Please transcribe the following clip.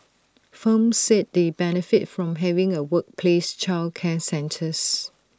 firms said they benefit from having A workplace childcare centres